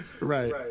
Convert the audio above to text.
Right